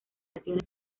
canciones